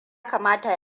kamata